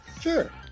Sure